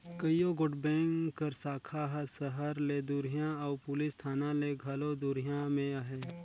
कइयो गोट बेंक कर साखा हर सहर ले दुरिहां अउ पुलिस थाना ले घलो दुरिहां में अहे